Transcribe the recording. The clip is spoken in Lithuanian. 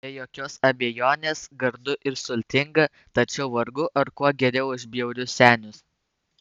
be jokios abejonės gardu ir sultinga tačiau vargu ar kuo geriau už bjaurius senius